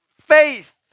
faith